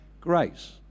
Grace